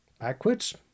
Backwards